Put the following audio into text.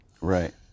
Right